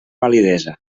validesa